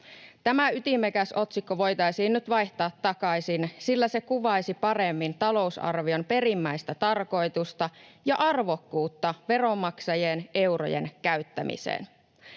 Tämä ytimekäs otsikko voitaisiin nyt vaihtaa takaisin, sillä se kuvaisi paremmin talousarvion perimmäistä tarkoitusta ja arvokkuutta veronmaksajien eurojen käyttämiseen.